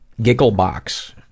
Gigglebox